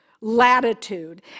latitude